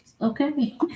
Okay